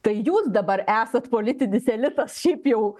tai jūs dabar esat politinis elitas šiaip jau